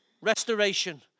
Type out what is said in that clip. restoration